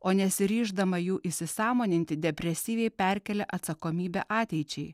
o nesiryždama jų įsisąmoninti depresyviai perkelia atsakomybę ateičiai